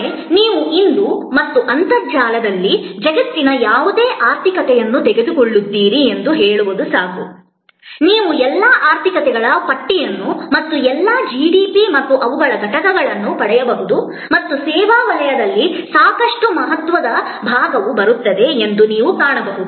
ಆದರೆ ನೀವು ಇಂದು ಮತ್ತು ಅಂತರ್ಜಾಲದಲ್ಲಿ ಜಗತ್ತಿನ ಯಾವುದೇ ಆರ್ಥಿಕತೆಯನ್ನು ತೆಗೆದುಕೊಳ್ಳುತ್ತೀರಿ ಎಂದು ಹೇಳುವುದು ಸಾಕು ನೀವು ಎಲ್ಲಾ ಆರ್ಥಿಕತೆಗಳ ಪಟ್ಟಿಯನ್ನು ಮತ್ತು ಎಲ್ಲಾ ಜಿಡಿಪಿ ಮತ್ತು ಅವುಗಳ ಘಟಕಗಳನ್ನು ಪಡೆಯಬಹುದು ಮತ್ತು ಸೇವಾ ವಲಯದಿಂದ ಸಾಕಷ್ಟು ಮಹತ್ವದ ಭಾಗವು ಬರುತ್ತದೆ ಎಂದು ನೀವು ಕಾಣಬಹುದು